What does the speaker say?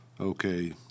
Okay